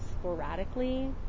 sporadically